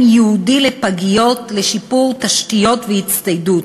ייעודי לפגיות לשיפור תשתיות והצטיידות.